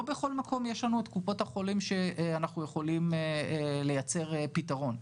לא בכל מקום יש לנו את קופות החולים שאנחנו יכולים לייצר פתרון.